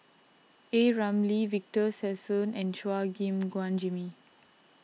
A Ramli Victor Sassoon and Chua Gim Guan Jimmy